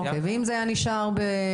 אוקיי ואז אם זה היה נשאר צמוד,